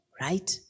right